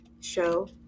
show